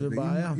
זאת בעיה.